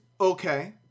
okay